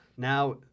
Now